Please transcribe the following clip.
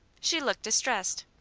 she looked distressed.